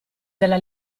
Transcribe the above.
della